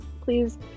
please